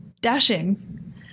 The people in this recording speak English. Dashing